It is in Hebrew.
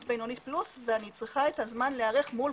בינונית פלוס ואני צריכה את הזמן להיערך מול.